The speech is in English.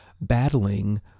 battling